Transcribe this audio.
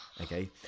Okay